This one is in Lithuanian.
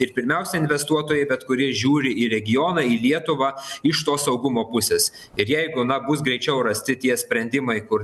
ir pirmiausia investuotojai bet kurie žiūri į regioną į lietuvą iš tos saugumo pusės ir jeigu na bus greičiau rasti tie sprendimai kur